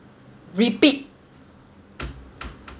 repeat